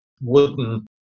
wooden